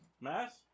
Mass